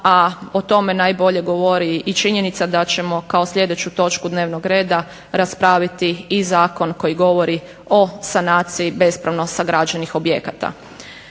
a o tome najbolje govori i činjenica da ćemo kao sljedeću točku dnevnog reda raspraviti i zakon koji govori o sanaciji bespravno sagrađenih objekata.